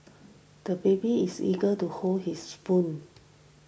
the baby is eager to hold his spoon